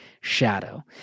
shadow